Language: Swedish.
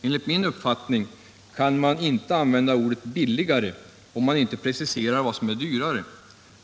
Enligt min uppfattning kan man inte använda ordet ”billigare”, om man inte preciserar vad som är dyrare.